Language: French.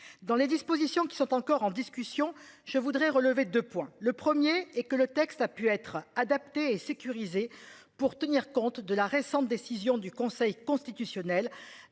dans les dispositions qui sont encore en discussion. Je voudrais relever 2 points le 1er et que le texte a pu être adapté et sécurisé pour tenir compte de la récente décision du Conseil constitutionnel